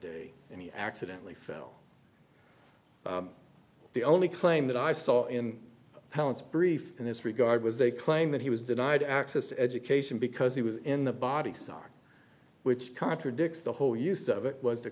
day and he accidently fell the only claim that i saw in parents brief in this regard was they claim that he was denied access to education because he was in the body song which contradicts the whole use of it was to